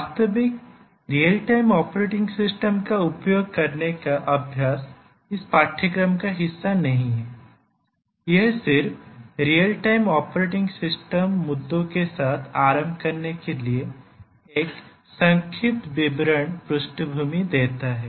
वास्तविक real operating system का उपयोग करने का अभ्यास इस पाठ्यक्रम का हिस्सा नहीं है यह सिर्फ रियल टाइम ऑपरेटिंग सिस्टम मुद्दों के साथ आरंभ करने के लिए एक संक्षिप्त विवरण पृष्ठभूमि देता है